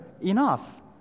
enough